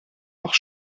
auch